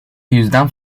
yüzden